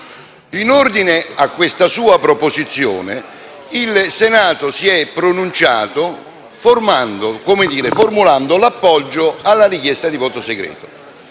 In ordine a questa sua proposizione il Senato si è pronunciato formulando l'appoggio alla richiesta di voto segreto.